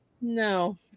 No